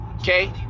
okay